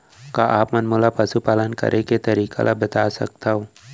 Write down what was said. का आप मन मोला पशुपालन करे के तरीका ल बता सकथव?